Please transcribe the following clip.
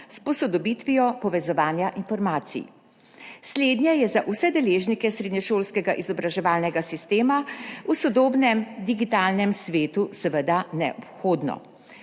s posodobitvijo povezovanja informacij. Slednje je za vse deležnike srednješolskega izobraževalnega sistema v sodobnem digitalnem svetu seveda neobhodno.